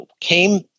came